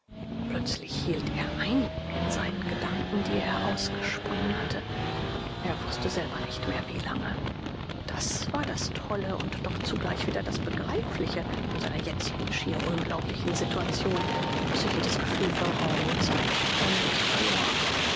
plötzlich hielt er ein in seinen gedanken die er ausgesponnen hatte er wußte selber nicht mehr wie lange das war das tolle und doch zugleich wieder das begreifliche in seiner jetzigen schier unglaublichen situation daß er jedes gefühl für raum und zeit allmählich verlor